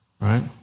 right